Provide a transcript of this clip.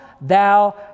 thou